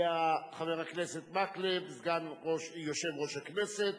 וחבר הכנסת מקלב, סגן יושב-ראש הכנסת,